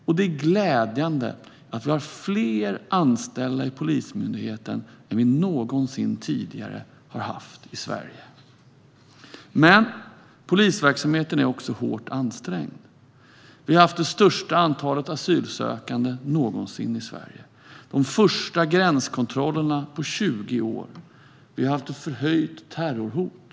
Och det är glädjande att vi har fler anställda i Polismyndigheten än vi någonsin tidigare har haft. Men polisverksamheten är också hårt ansträngd. Vi har haft det största antalet asylsökande någonsin i Sverige. Vi har haft de första gränskontrollerna på 20 år. Vi har haft ett förhöjt terrorhot.